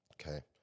okay